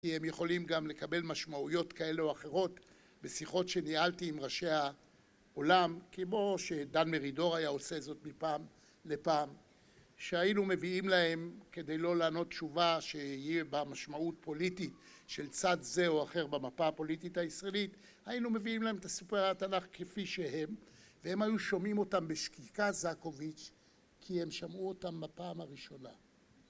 כי הם יכולים גם לקבל משמעויות כאלה או אחרות. בשיחות שניהלתי עם ראשי העולם, כמו שדן מרידור היה עושה זאת מפעם לפעם… שהיינו מביאים להם, כדי לא לענות תשובה שיהיה בה משמעות פוליטית של צד זה או אחר במפה הפוליטית הישראלית, היינו מביאים להם את סיפורי התנ״ך כפי שהם, והם היו שומעים אותם בשקיקה, זקוביץ, כי הם שמעו אותם בפעם הראשונה.